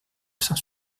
saint